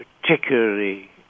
particularly